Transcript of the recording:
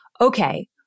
okay